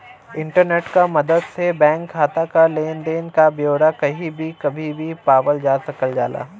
internet क मदद से बैंक खाता क लेन देन क ब्यौरा कही भी कभी भी पावल जा सकल जाला